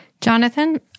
Jonathan